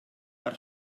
per